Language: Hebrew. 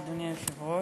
אדוני היושב-ראש,